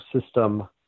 system